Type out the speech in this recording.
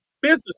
business